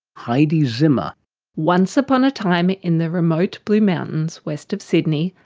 heidi zimmer once upon a time in the remote blue mountains, west of sydney,